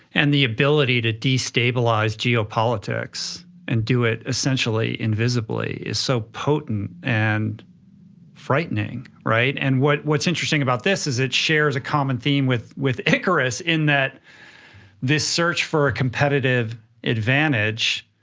and the ability to destabilize geopolitics and do it, essentially invisibly is so potent and frightening, right? and what's what's interesting about this is it shares a common theme with with icarus in that this search for a competitive advantage,